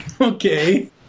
okay